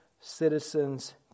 citizens